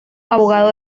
abogado